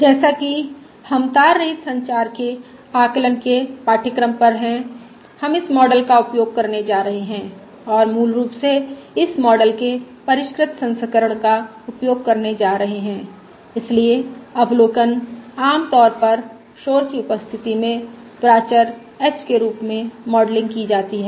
जैसा कि हम तार रहित संचार के आकलन के पाठ्यक्रम पर हैं हम इस मॉडल का उपयोग करने जा रहे हैं और मूल रूप से इस मॉडल के परिष्कृत संस्करण का उपयोग करने जा रहे हैं इसलिए अवलोकन आमतौर पर शोर v की उपस्थिति में प्राचर h के रूप में मॉडलिंग की जाती है